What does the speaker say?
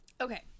okay